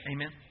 Amen